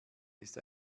ist